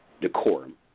decorum